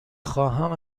خواهم